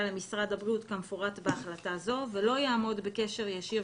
למשרד הבריאות כמפורט בהחלטה זו ולא יעמוד בקשר ישיר